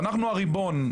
ואנחנו הריבון.